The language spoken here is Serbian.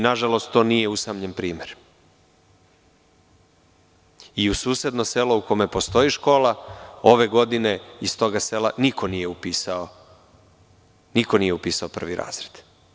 Nažalost to nije usamljen primer, i u susednom selu u kome postoji škola, ove godine iz tog sela niko nije upisao prvi razred.